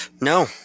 No